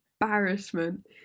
Embarrassment